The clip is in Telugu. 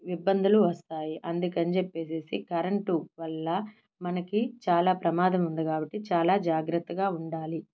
ఇబ్బందులు వస్తాయి అందుకని చెప్పేసేసి కరెంటు వల్ల మనకి చాలా ప్రమాదం ఉంది కాబట్టి మనం చాలా జాగ్రత్తగా ఉండాలి